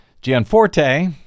Gianforte